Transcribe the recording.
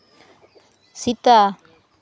Sita